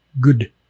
good